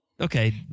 okay